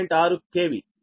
6 KV